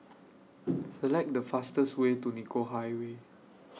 Select The fastest Way to Nicoll Highway